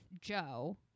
Joe